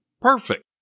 perfect